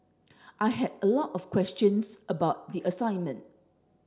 I had a lot of questions about the assignment